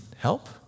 help